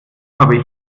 habe